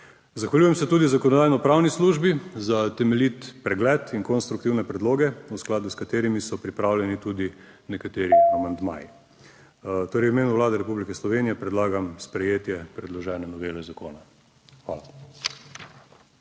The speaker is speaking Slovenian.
Zahvaljujem se tudi Zakonodajno-pravni službi za temeljit pregled in konstruktivne predloge, v skladu s katerimi so pripravljeni tudi nekateri amandmaji. / znak za konec razprave/ Torej, v imenu Vlade Republike Slovenije predlagam sprejetje predložene novele zakona. Hvala.